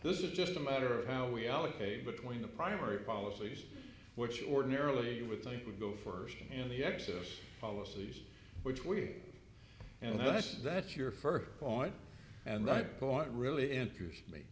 this is just a matter of how we allocate between the primary policies which ordinarily you would think would go first and the excess policies which we and that's that your first point and that point really enters me